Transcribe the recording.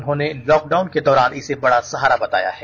उन्होंने लॉकडाउन के दौरान इसे बड़ा सहारा बताया है